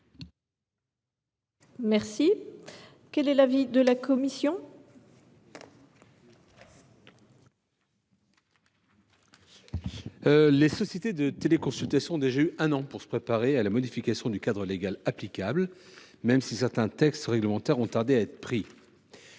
juridique. Quel est l’avis de la commission ? Les sociétés de téléconsultation ont déjà eu un an pour se préparer à la modification du cadre légal applicable, même si certains textes réglementaires ont été publiés